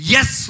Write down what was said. Yes